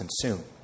consumed